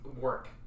work